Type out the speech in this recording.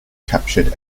captured